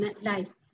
life